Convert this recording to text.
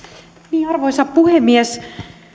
arvoisa puhemies